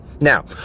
Now